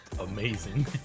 amazing